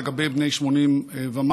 לגבי בני 80 ומעלה.